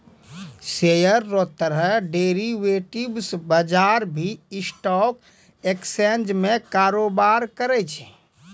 share रो तरह derivatives बजार भी स्टॉक एक्सचेंज में कारोबार करै छै